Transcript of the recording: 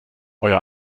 euer